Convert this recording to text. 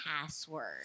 password